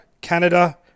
canada